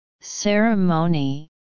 Ceremony